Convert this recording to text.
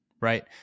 right